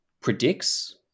predicts